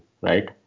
Right